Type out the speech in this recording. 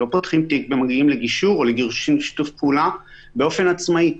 לא פותחים תיק ומגיעים לגישור או לגירושין בשיתוף פעולה באופן עצמאי.